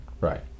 Right